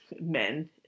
men